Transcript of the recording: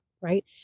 right